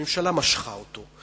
הממשלה משכה אותו,